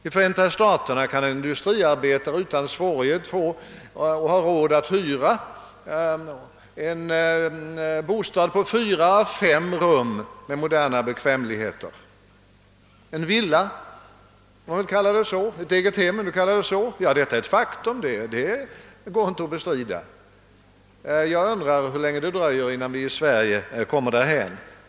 I Förenta staterna kan en fysisk industriarbetare få och har även råd att bo i en bostad på 4—5 rum med moderna bekvämligheter. Det kan vara en villa eller ett egethem, om man vill ha det så. Detta är ett faktum som inte går att bestrida. Jag undrar hur länge det skall dröja innan vi i Sverige kommer dithän.